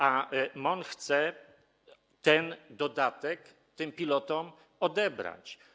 A MON chce ten dodatek tym pilotom odebrać.